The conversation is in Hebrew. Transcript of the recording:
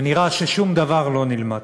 ונראה ששום דבר לא נלמד.